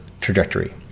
trajectory